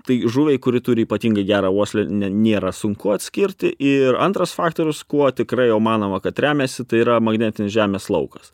tai žuviai kuri turi ypatingai gerą uoslę ne nėra sunku atskirti ir antras faktorius kuo tikrai o manoma kad remiasi tai yra magnetinis žemės laukas